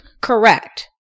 Correct